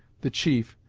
the chief,